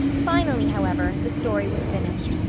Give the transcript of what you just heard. finally, however, the story was finished,